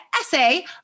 essay